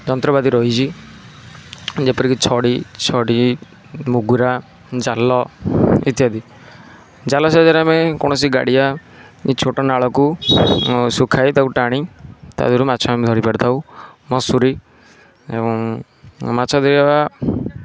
ଯନ୍ତ୍ରପାତି ରହିଛି ଯେପରି କି ଛଡ଼ି ଛଡ଼ି ମୁଗୁରା ଜାଲ ଇତ୍ୟାଦି ଜାଲ ସାହାଯ୍ୟରେ ଆମେ କୌଣସି ଗାଡ଼ିଆ ଛୋଟ ନାଳକୁ ଶୁଖାଇ ତାକୁ ଟାଣି ତା ଦେହରୁ ମାଛ ଆମେ ଧରି ପାରିଥାଉ ମସୁରି ମାଛ ଧରିବା